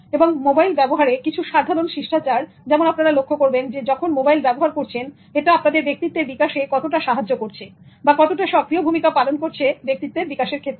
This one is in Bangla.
এবং মোবাইল ব্যবহারে কিছু সাধারন শিষ্টাচার যেমন আপনারা লক্ষ্য করবেন যখন মোবাইল ব্যবহার করছেন এটা আপনাদের ব্যক্তিত্বের বিকাশে কতটা সাহায্য করছে বা কতটা সক্রিয় ভূমিকা পালন করছে ব্যক্তিত্বের বিকাশে